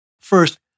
First